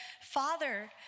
father